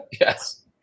yes